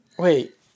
Wait